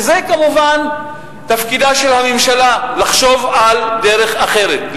וזה כמובן תפקידה של הממשלה לחשוב על דרך אחרת,